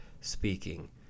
speaking